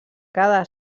cada